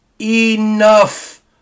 enough